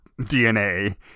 DNA